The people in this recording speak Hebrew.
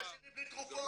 --- בלי תרופות,